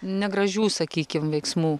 negražių sakykim veiksmų